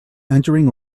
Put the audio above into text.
entering